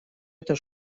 это